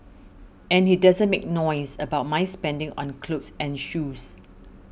and he doesn't make noise about my spending on clothes and shoes